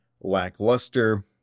lackluster